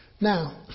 Now